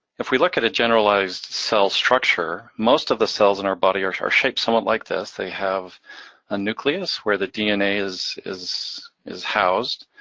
if we look at a generalized cell structure, most of the cells in our body are are shaped somewhat like this. they have a nucleus, where the dna is is housed.